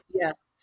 yes